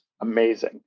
amazing